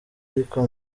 ariko